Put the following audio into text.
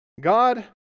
God